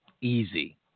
easy